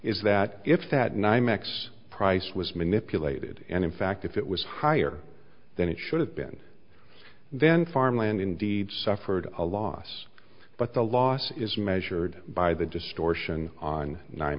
is that if that nine x price was manipulated and in fact if it was higher than it should have been then farmland indeed suffered a loss but the loss is measured by the distortion on n